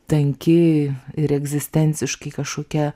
tanki ir egzistenciškai kažkokia